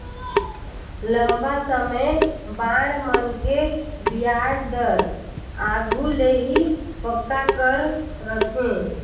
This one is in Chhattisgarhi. लंबा समे बांड मन के बियाज दर आघु ले ही पक्का कर रथें